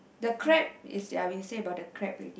the crab is ya we say about the crab already